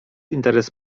interes